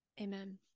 Amen